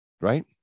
right